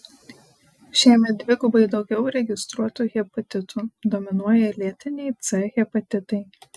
šiemet dvigubai daugiau registruotų hepatitų dominuoja lėtiniai c hepatitai